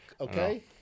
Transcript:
Okay